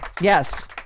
Yes